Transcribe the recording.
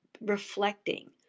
reflecting